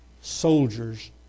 soldiers